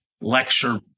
lecture